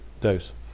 dose